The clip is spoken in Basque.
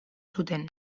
zuten